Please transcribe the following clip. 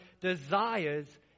desires